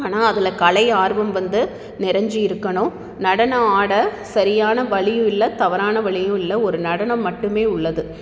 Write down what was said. ஆனால் அதில் கலை ஆர்வம் வந்து நிறைஞ்சி இருக்கணும் நடனம் ஆட சரியான வழியும் இல்லை தவறான வழியும் இல்லை ஒரு நடனம் மட்டும் உள்ளது